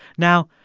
now,